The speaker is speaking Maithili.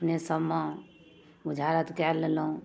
अपने सबमे बुझारत कए लेलहुँ